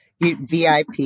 VIP